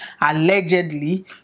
allegedly